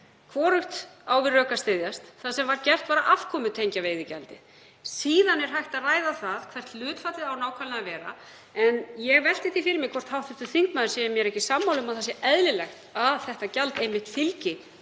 Hvorugt á við rök að styðjast. Það sem var gert var að afkomutengja veiðigjaldið. Síðan er hægt að ræða það hvert hlutfallið eigi nákvæmlega að vera. En ég velti því fyrir mér hvort hv. þingmaður sé mér ekki sammála um að það sé eðlilegt að þetta gjald fylgi